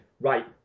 right